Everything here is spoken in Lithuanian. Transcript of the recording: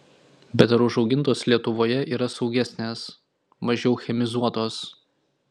bet ar užaugintos lietuvoje yra saugesnės mažiau chemizuotos